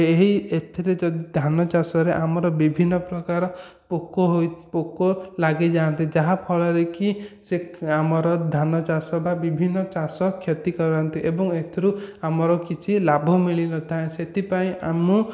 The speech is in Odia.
ଏହି ଏଥିରେ ଯେଉଁ ଧାନ ଚାଷରେ ଆମର ବିଭିନ୍ନ ପ୍ରକାର ପୋକ ହୋଇ ପୋକ ଲାଗିଯାଆନ୍ତି ଯାହା ଫଳରେ କି ସେ ଆମର ଧାନ ଚାଷ ବା ବିଭିନ୍ନ ଚାଷ କ୍ଷତି କରନ୍ତି ଏବଂ ଏଥିରୁ ଆମର କିଛି ଲାଭ ମିଳିନଥାଏ ସେଥିପାଇଁ ଆମ